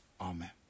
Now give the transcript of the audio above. Amen